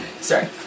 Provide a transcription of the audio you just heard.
Sorry